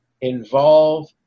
involve